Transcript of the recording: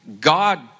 God